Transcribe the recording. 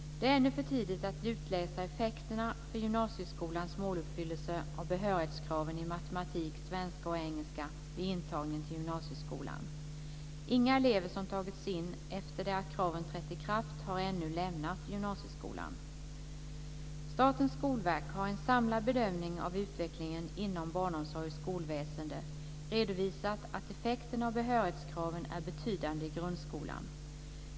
Det är ännu för tidigt att utläsa effekterna för gymnasieskolans måluppfyllelse av behörighetskraven i matematik, svenska och engelska vid intagningen till gymnasieskolan. Inga elever som tagits in efter det att kraven trätt i kraft har ännu lämnat gymnasieskolan. Statens skolverk har i en samlad bedömning av utvecklingen inom barnomsorg och skolväsende redovisat att effekterna av behörighetskraven är betydande i grundskolan.